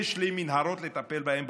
יש לי מנהרות לטפל בהן בצפון,